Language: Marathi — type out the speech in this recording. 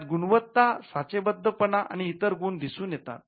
त्यात गुणवत्ता साचेबद्धपणा आणि इतर गुण दिसून येतात